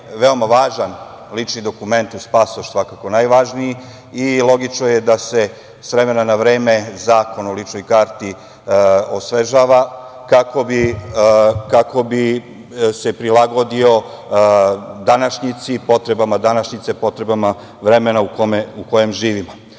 veoma važan lični dokument, uz pasoš svakako najvažniji i logično je da se s vremena na vreme Zakon o ličnoj karti osvežava, kako bi se prilagodio potrebama današnjice, potrebama vremena u kojem